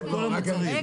המוצרים?